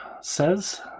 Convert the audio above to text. says